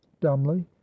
dumbly